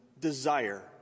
desire